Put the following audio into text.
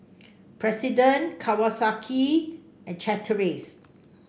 President Kawasaki and Chateraise